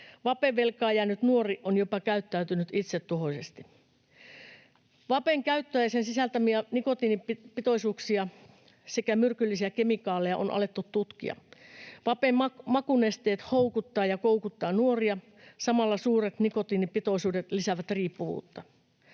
Vapevelkaa jäänyt nuori on jopa käyttäytynyt itsetuhoisesti. Vapen käyttöä ja sen sisältämiä nikotiinipitoisuuksia sekä myrkyllisiä kemikaaleja on alettu tutkia. Vapen makunesteet houkuttavat ja koukuttavat nuoria, samalla suuret nikotiinipitoisuudet lisäävät riippuvuutta.